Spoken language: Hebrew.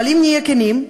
אבל אם נהיה כנים,